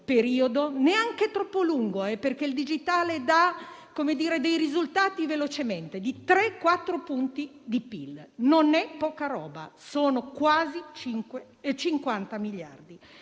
periodo (neanche troppo lungo, perché il digitale dà risultati velocemente), di 3-4 punti di PIL: non è poco, sono quasi 50 miliardi